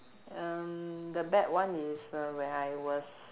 um the bad one is uh when I was